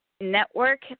Network